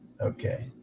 Okay